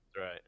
right